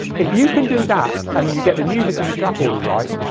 if you can do that and you get the music and the track order right,